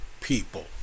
people